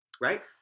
right